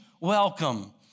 welcome